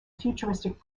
futuristic